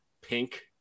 pink